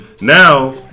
now